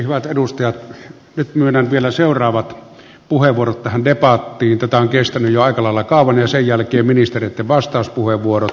hyvät edustajat nyt myönnän vielä seuraavat puheenvuorot tähän debattiin tätä on kestänyt jo aika lailla kauan ja sen jälkeen ministereitten vastauspuheenvuorot